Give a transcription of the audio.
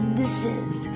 dishes